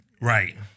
Right